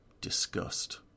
disgust